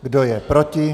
Kdo je proti?